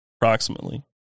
approximately